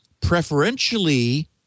preferentially